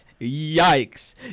Yikes